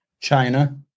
China